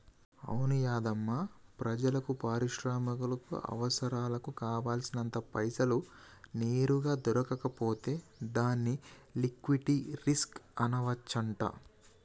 అవును యాధమ్మా ప్రజలకు పరిశ్రమలకు అవసరాలకు కావాల్సినంత పైసలు నేరుగా దొరకకపోతే దాన్ని లిక్విటీ రిస్క్ అనవచ్చంట